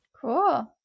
Cool